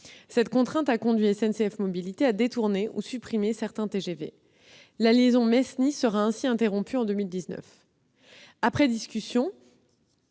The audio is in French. Cette contrainte a conduit SNCF Mobilités à détourner ou à supprimer certains TGV. La liaison Metz-Nice sera ainsi interrompue en 2019. Après discussion